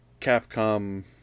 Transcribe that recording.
capcom